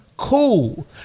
cool